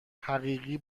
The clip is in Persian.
حقیقی